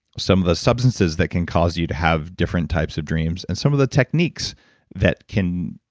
some of the substances that can cause you to have different types of dreams and some of the techniques that can